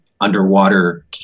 underwater